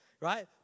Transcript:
right